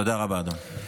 תודה רבה, אדוני.